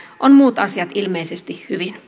ovat muut asiat ilmeisesti hyvin